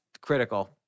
critical